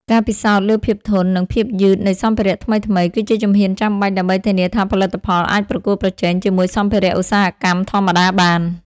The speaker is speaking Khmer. ការពិសោធន៍លើភាពធន់ និងភាពយឺតនៃសម្ភារៈថ្មីៗ គឺជាជំហានចាំបាច់ដើម្បីធានាថាផលិតផលអាចប្រកួតប្រជែងជាមួយសម្ភារៈឧស្សាហកម្មធម្មតាបាន។